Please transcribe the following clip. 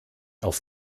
auf